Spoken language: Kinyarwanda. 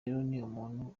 ibintu